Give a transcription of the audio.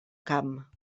camp